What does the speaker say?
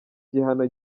gihano